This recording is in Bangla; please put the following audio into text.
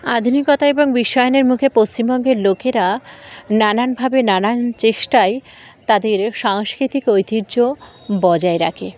আধুনিকতা এবং বিশ্বায়নের মুখে পশ্চিমবঙ্গের লোকেরা নানানভাবে নানান চেষ্টায় তাদের সাংস্কৃতিক ঐতিহ্য বজায় রাখে